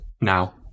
now